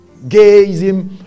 gayism